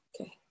Okay